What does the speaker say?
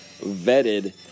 vetted